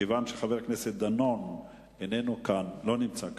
כיוון שחבר הכנסת דנון לא נמצא כאן,